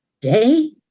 day